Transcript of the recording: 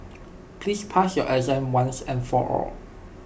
please pass your exam once and for all